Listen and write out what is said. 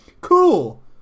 Cool